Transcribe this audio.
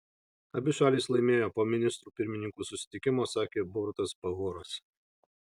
abi šalys laimėjo po ministrų pirmininkų susitikimo sakė borutas pahoras